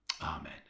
Amen